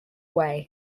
way